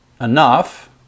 enough